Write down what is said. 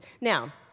Now